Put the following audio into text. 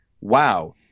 Wow